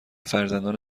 فرزندان